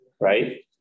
right